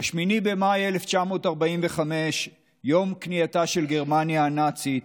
ב-8 במאי 1945, יום כניעתה של גרמניה הנאצית,